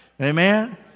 Amen